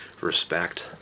respect